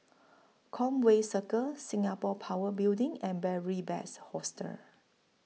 Conway Circle Singapore Power Building and Beary Best Hostel